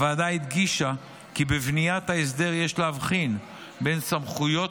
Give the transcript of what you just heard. הוועדה הדגישה כי בבניית ההסדר יש להבחין בין סמכויות